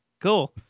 cool